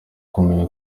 kumenya